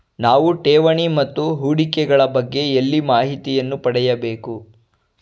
ನಾವು ಠೇವಣಿ ಮತ್ತು ಹೂಡಿಕೆ ಗಳ ಬಗ್ಗೆ ಎಲ್ಲಿ ಮಾಹಿತಿಯನ್ನು ಪಡೆಯಬೇಕು?